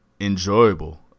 enjoyable